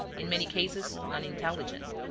in many cases unintelligent.